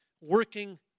working